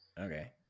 Okay